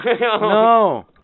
no